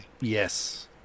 Yes